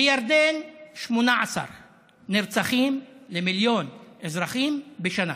בירדן, 18 נרצחים למיליון אזרחים בשנה.